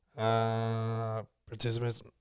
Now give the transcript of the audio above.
Participants